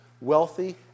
wealthy